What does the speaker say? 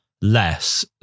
less